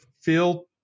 feel